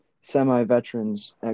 semi-veterans